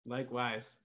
Likewise